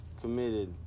committed